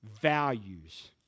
values